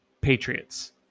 Patriots